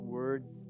words